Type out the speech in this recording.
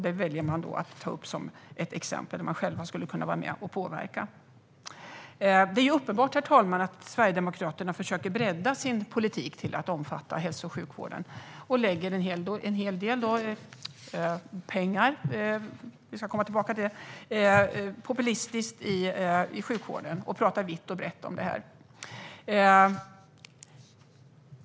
Det väljer de att ta upp som ett exempel där de själva skulle kunna vara med och påverka. Herr talman! Det är uppenbart att Sverigedemokraterna försöker bredda sin politik till att omfatta hälso och sjukvården. De vill populistiskt lägga en hel del pengar på sjukvården - vi ska komma tillbaka till det - och talar vitt och brett om det.